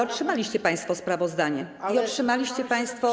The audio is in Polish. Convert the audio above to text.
Otrzymaliście państwo sprawozdanie i otrzymaliście państwo.